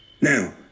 Now